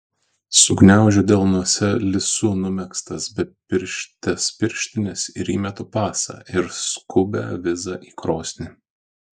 sugniaužiu delnuose lisu numegztas bepirštes pirštines ir įmetu pasą ir skubią vizą į krosnį